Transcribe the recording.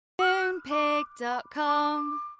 Moonpig.com